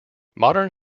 modern